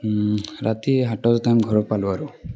ৰাতি সাতটা বজাত আমি ঘৰত পালোঁ আৰু